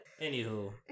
Anywho